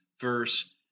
verse